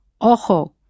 ojo